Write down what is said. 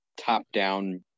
top-down